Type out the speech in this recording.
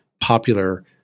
popular